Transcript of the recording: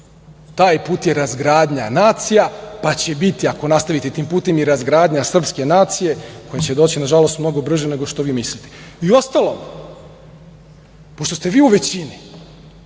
Taj put je razgradnja nacija, pa će biti, ako nastavite tim putem i razgradnja srpske nacije, koja će doći, nažalost, mnogo brže nego što vi mislite. Uostalom, pošto ste vi u većini,